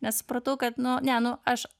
nes supratau kad nu ne nu aš